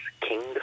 king